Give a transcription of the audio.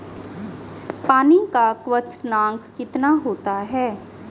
पानी का क्वथनांक कितना होता है?